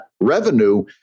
revenue